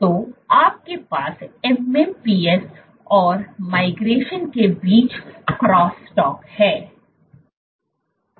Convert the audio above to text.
तो आपके पास MMPs और माइग्रेशन के बीच क्रॉस टॉक है